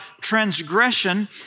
transgression